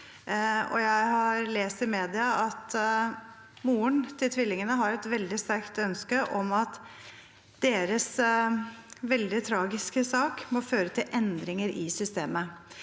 Jeg har lest i mediene at moren til tvillingene har et veldig sterkt ønske om at deres veldig tragiske sak må føre til endringer i systemet.